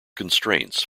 constraints